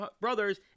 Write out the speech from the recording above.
brothers